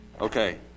Okay